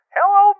Hello